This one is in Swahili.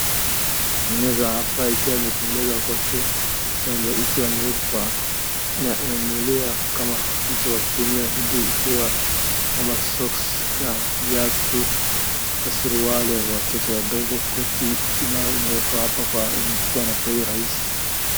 Meza hapa ikiwa imetengenezwa kwa chuma ikiwa imeekwa inanunuliwa kama kitu ya kuweka vitu ikiwa kama soksi, viatu, hata suruari ya watoto wadogo, koti, ukipata imewekwa hapa unachukua na bei rahisi.